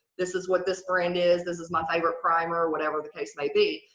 this is what this brand is. this is my favorite primer whatever the case may be.